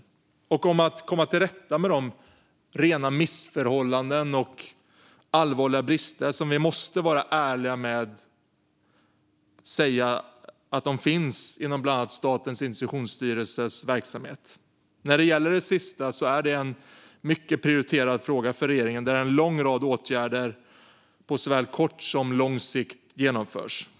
Det handlar om att komma till rätta med de rena missförhållanden och allvarliga brister som finns - det måste vi vara ärliga med att säga - inom bland annat Statens institutionsstyrelses verksamhet. När det gäller det sista är det en mycket prioriterad fråga för regeringen, där en lång rad åtgärder på såväl kort som lång sikt genomförs.